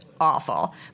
awful